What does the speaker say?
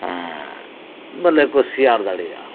ᱵᱚᱞᱮ ᱠᱚ ᱥᱮᱭᱟᱨ ᱫᱟᱲᱮᱭᱟᱜᱼᱟ